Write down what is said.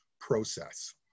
process